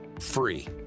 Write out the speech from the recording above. free